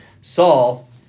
Saul